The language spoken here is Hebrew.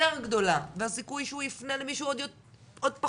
גדולה והסיכוי שהוא יפנה למישהו עוד פחות,